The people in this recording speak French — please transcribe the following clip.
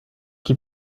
qui